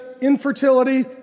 infertility